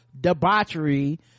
debauchery